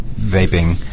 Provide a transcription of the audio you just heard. vaping